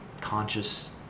conscious